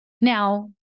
Now